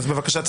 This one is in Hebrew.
אז בבקשה תסיים.